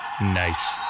Nice